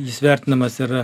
jis vertinamas yra